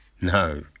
no